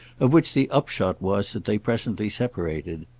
of which the upshot was that they presently separated.